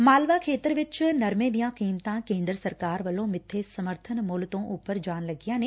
ਮਾਲਵਾ ਖੇਤਰ ਵਿੱਚ ਨਰਮੇ ਦੀਆਂ ਕੀਮਤਾਂ ਕੇਂਦਰ ਸਰਕਾਰ ਵੱਲੋਂ ਮਿਥੇ ਸਮਰਬਨ ਮੁੱਲ ਤੋਂ ਉਪਰ ਜਾਣ ਲੱਗੀਆਂ ਨੇ